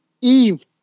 Eve